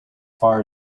far